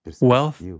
wealth